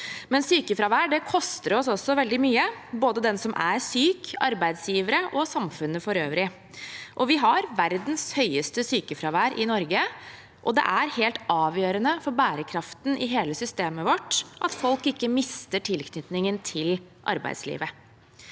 sykefravær koster oss også veldig mye, både den som er syk, arbeidsgivere og samfunnet for øvrig. Vi har verdens høyeste sykefravær i Norge, og det er helt avgjørende for bærekraften i hele systemet vårt at folk ikke mister tilknytningen til arbeidslivet.